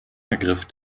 ergriff